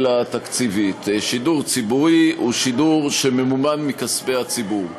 התקציבית: שידור ציבורי הוא שידור שממומן מכספי הציבור.